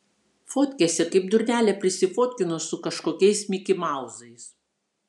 fotkėse kaip durnelė prisifotkino su kažkokiais mikimauzais